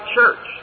Church